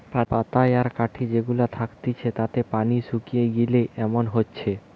পাতায় আর কাঠি যে গুলা থাকতিছে তাতে পানি শুকিয়ে গিলে এমন হচ্ছে